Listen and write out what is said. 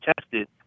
tested